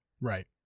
Right